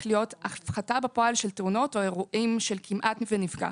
להיות הפחתה בפועל של תאונות או אירועים של כמעט ונפגע.